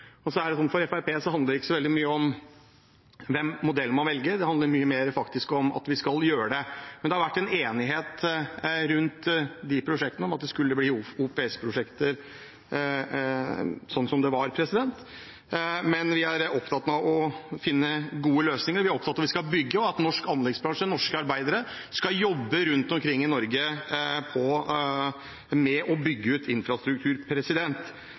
ikke så veldig mye om hvilken modell man velger; det handler mye mer om at vi skal gjøre det. Det har vært enighet om at de prosjektene skulle bli OPS-prosjekter, sånn som det var. Vi er opptatt av å finne gode løsninger, vi er opptatt av at vi skal bygge, og at norsk anleggsbransje og norske arbeidere skal jobbe med å bygge ut infrastruktur